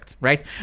right